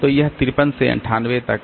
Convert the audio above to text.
तो यह 53 से 98 तक